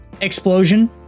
explosion